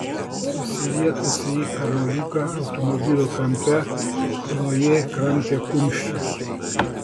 susirietusi į kamuoliuką automobilio kampe chlojė kramtė kumščius